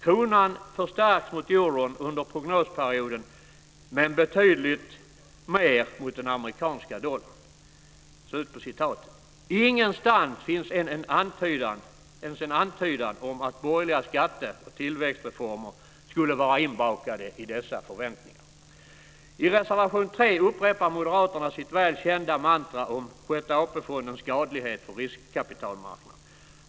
Kronan förstärks mot euron under prognosperioden men betydligt mer mot den amerikanska dollarn." Ingenstans finns ens en antydan om att borgerliga skatte och tillväxtreformer skulle vara inbakade i dessa förväntningar. I reservation 3 upprepar moderaterna sitt väl kända mantra om Sjätte AP-fondens skadlighet för riskkapitalmarknaden.